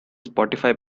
spotify